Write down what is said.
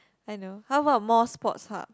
I know how about more Sports Hub